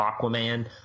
Aquaman